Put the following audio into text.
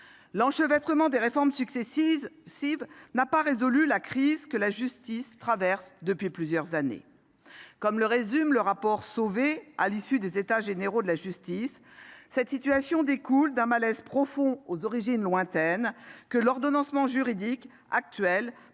L'enchevêtrement des réformes successives n'a pas résolu la crise que la justice traverse depuis plusieurs années. Comme le résume Jean-Marc Sauvé dans le rapport qu'il a remis à l'issue des États généraux de la justice, cette situation découle d'un « malaise profond » aux origines lointaines, que l'ordonnancement juridique actuel,